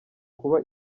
kuba